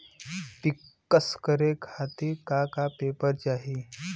पिक्कस करे खातिर का का पेपर चाही?